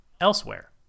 elsewhere